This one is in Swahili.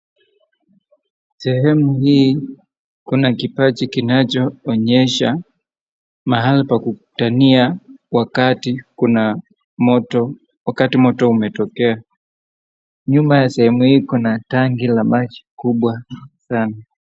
Sehemu hii kuna kipaji kinachoonyesha mahali pa kukutania wakati moto umetokea. Nyuma ya sehemu hii kuna tanki la maji kubwa sana.